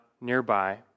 nearby